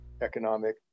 economic